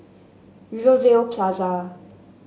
Rivervale Plaza